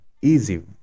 easy